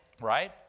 right